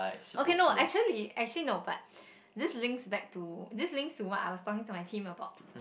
okay no actually actually no but this links back to this links to what I was talking to my team about